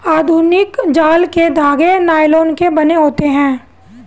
आधुनिक जाल के धागे नायलोन के बने होते हैं